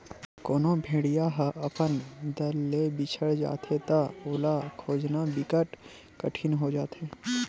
कोनो भेड़िया ह अपन दल ले बिछड़ जाथे त ओला खोजना बिकट कठिन हो जाथे